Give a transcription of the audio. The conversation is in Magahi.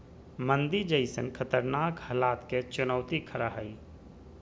मंदी जैसन खतरनाक हलात के चुनौती खरा हइ